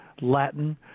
Latin